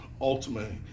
ultimately